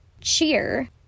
cheer